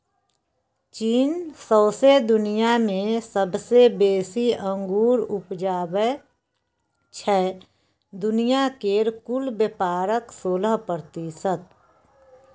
चीन सौंसे दुनियाँ मे सबसँ बेसी अंगुर उपजाबै छै दुनिया केर कुल बेपारक सोलह प्रतिशत